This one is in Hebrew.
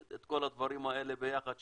את כל הדברים האלה ביחד,